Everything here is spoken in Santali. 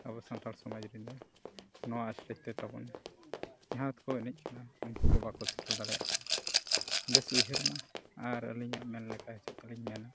ᱟᱵᱚ ᱥᱟᱱᱛᱟᱲ ᱥᱚᱢᱟᱡᱽ ᱨᱮᱫᱚ ᱱᱚᱣᱟ ᱛᱟᱵᱚᱱ ᱡᱟᱦᱟᱸ ᱠᱚ ᱮᱱᱮᱡ ᱠᱟᱱᱟ ᱩᱱᱠᱩ ᱠᱚ ᱵᱟᱠᱚ ᱥᱮᱴᱮᱨ ᱫᱟᱲᱮᱭᱟᱜ ᱠᱟᱱᱟ ᱵᱮᱥ ᱩᱭᱦᱟᱹᱨᱢᱟ ᱟᱨ ᱟᱹᱞᱤᱧᱟᱜ ᱢᱮᱱ ᱞᱮᱠᱟ ᱦᱤᱥᱟᱹᱵᱽ ᱛᱮᱞᱤᱧ ᱢᱮᱱᱟ